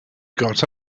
got